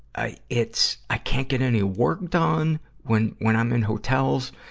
i, it's, i can't get any work done when, when i'm in hotels.